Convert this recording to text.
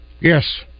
Yes